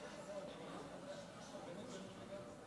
אין מתנגדים.